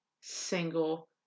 single